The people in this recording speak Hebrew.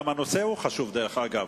גם הנושא חשוב, דרך אגב.